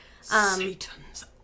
Satan's